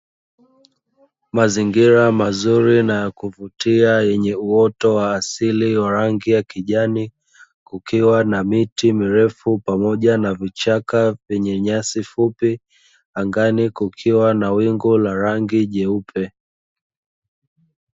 Mazingira mazuri na ya kuvutia yenye uoto wa asili wa rangi ya kijani, kukiwa na miti mirefu pamoja na vichaka vyenye nyasi fupi. Angani kukiwa na wingu la rangi jeupe.